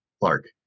Clark